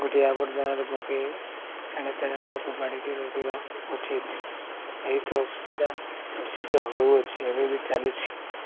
ଗୋଟିଏ ଆବର୍ଜନରେ ପକେଇ ଏଣେ ତେଣେ ନ ଫୋପଡ଼ିକି ରଖିବା ଉଚିତ ଏହି ତ ଅସୁବିଧା ନିଶ୍ଚିତ ହଉଅଛି ଏବେ ବି ଚାଲିଛି